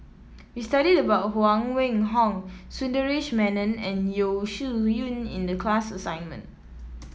we studied about Huang Wenhong Sundaresh Menon and Yeo Shih Yun in the class assignment